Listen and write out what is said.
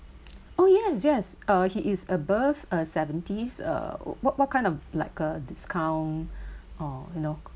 oh yes yes uh he is above uh seventies uh what what kind of like uh discount or you know